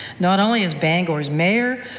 not only as bangor's mayor,